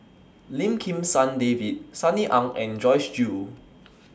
Lim Kim San David Sunny Ang and Joyce Jue